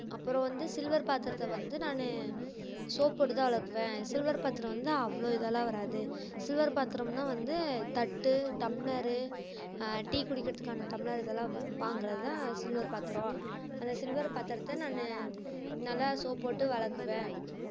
அப்புறம் வந்து சில்வர் பாத்திரத்தை வந்து நானு சோப்பு போட்டு தான் விலக்குவேன் சில்வர் பாத்திரம் வந்து அவ்வளோ இதெல்லாம் வராது சில்வர் பாத்திரம்னா வந்து தட்டு டம்ளர் டீ குடிக்கிறதுக்கான டம்ளர் இதெல்லாம் வ வாங்கிறது தான் சில்வர் பாத்திரம் அந்த சில்வர் பாத்திரத்தை நானும் நல்லா சோப்பு போட்டு விலக்குவேன்